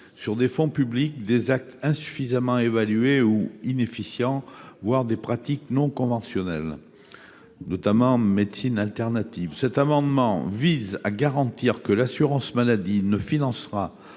sur des fonds publics des actes insuffisamment évalués ou inefficients, voire des pratiques non conventionnelles, notamment certaines médecines alternatives. Aussi, cet amendement vise à garantir que l’assurance maladie ne financera,